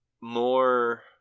more